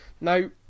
Now